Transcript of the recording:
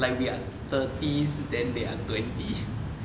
like we are thirties then they are twenty